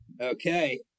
Okay